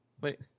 Wait